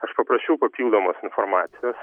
aš paprašiau papildomos informacijos